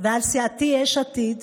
ועל סיעתי יש עתיד,